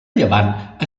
llevant